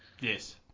Yes